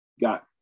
got